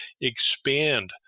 expand